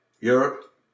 Europe